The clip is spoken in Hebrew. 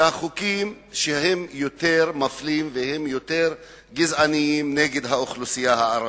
חוקים שהם יותר מפלים והם יותר גזעניים נגד האוכלוסייה הערבית.